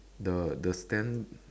the the stand